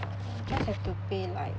just have to pay like